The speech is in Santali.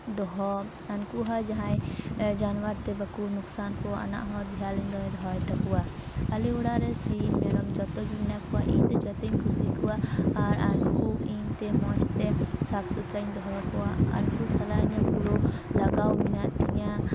ᱫᱚᱦᱚ ᱟᱱᱠᱩ ᱡᱟᱦᱟᱭ ᱡᱟᱱᱣᱟᱨ ᱛᱮ ᱵᱟᱠᱚ ᱞᱚᱥᱠᱟᱱ ᱠᱚ ᱟᱱᱟᱜ ᱦᱚᱸ ᱫᱷᱮᱭᱟᱱ ᱫᱚᱦᱚᱭ ᱛᱟᱠᱣᱟ ᱟᱞᱮ ᱚᱲᱟᱜ ᱨᱮ ᱥᱤᱢ ᱢᱮᱨᱚᱢ ᱡᱚᱛᱚ ᱜᱮ ᱢᱮᱱᱟᱜ ᱠᱚᱣᱟ ᱤᱧᱫᱚ ᱡᱚᱛᱚᱧ ᱠᱩᱥᱤ ᱟᱠᱚᱣᱟ ᱟᱨ ᱩᱱᱠᱩ ᱤᱧᱛᱮ ᱢᱤᱡᱽ ᱛᱮ ᱥᱟᱯᱷ ᱥᱩᱛᱨᱮᱧ ᱫᱚᱦᱚ ᱠᱚᱣᱟ ᱩᱱᱠᱩ ᱥᱟᱞᱟᱜ ᱤᱧᱟᱹᱜ ᱯᱩᱨᱟᱹ ᱞᱟᱜᱟᱣ ᱢᱮᱱᱟᱜ ᱛᱤᱧᱟᱹ